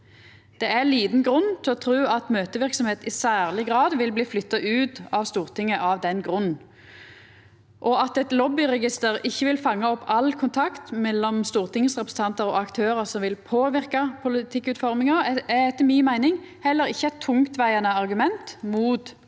Det er liten grunn til å tru at møteverksemd i særleg grad vil bli flytta ut av Stortinget av den grunn. At eit lobbyregister ikkje vil fanga opp all kontakt mellom stortingsrepresentantar og aktørar som vil påverka politikkutforminga, er etter mi meining heller ikkje eit tungtvegande argument mot meir openheit.